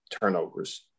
turnovers